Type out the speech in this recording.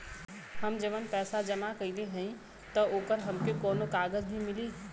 हम जवन पैसा जमा कइले हई त ओकर हमके कौनो कागज भी मिली?